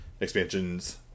expansions